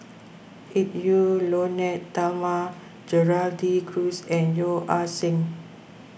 Edwy Lyonet Talma Gerald De Cruz and Yeo Ah Seng